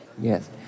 Yes